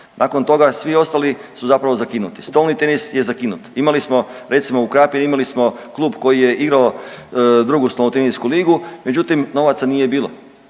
Nakon toga svi ostali su zapravo zakinuti. Stolni tenis je zakinut. Imali smo recimo u Krapini imali smo klub koji je igrao 2. stolnotenisku ligu međutim, novaca nije bilo,